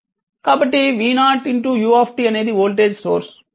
కాబట్టి v0u అనేది voltage source